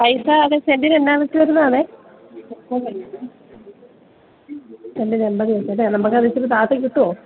പൈസ സെന്റിന് എന്ത് വെച്ചാണ് വരുന്നത് സെന്റിന് എൺപതു വെച്ച് അല്ലെ നമുക്ക് അത് ഇച്ചിരി താഴ്ത്തി കിട്ടുവോ